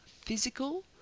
physical